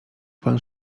pan